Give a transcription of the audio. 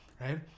right